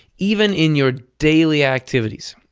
even in your daily activities,